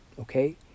Okay